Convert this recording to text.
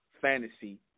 fantasy